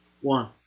One